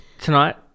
Tonight